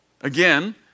Again